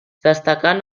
destacant